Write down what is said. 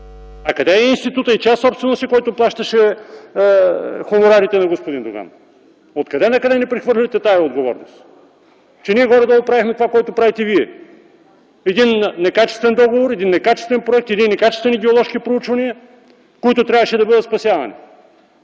Къде е институтът и чия собственост е, който плащаше хонорарите на господин Доган? От къде на къде ни прехвърляте тази отговорност? Че ние горе-долу правехме това, което правите вие! Един некачествен договор, един некачествен проект, едни некачествени геоложки проучвания, които трябваше да бъдат спасявани!